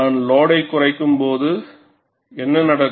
நான் லோடை குறைக்கும்போது என்ன நடக்கும்